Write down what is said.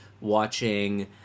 watching